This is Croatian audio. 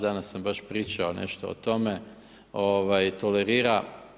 Danas sam baš pričao nešto o tome tolerira.